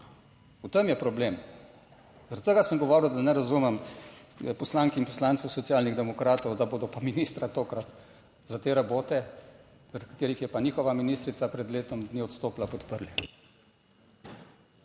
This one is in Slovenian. V tem je problem. Zaradi tega sem govoril, da ne razumem poslank in poslancev Socialnih demokratov, da bodo pa ministra tokrat za te rabote zaradi katerih je pa njihova ministrica pred letom dni odstopila, podprli.